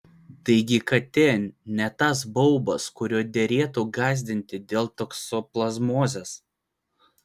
taigi katė ne tas baubas kuriuo derėtų gąsdinti dėl toksoplazmozės